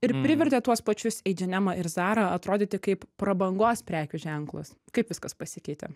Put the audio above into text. ir privertė tuos pačius eičenemą ir zarą atrodyti kaip prabangos prekių ženklus kaip viskas pasikeitė